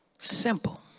Simple